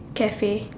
Cafe